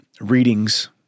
readings